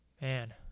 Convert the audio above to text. Man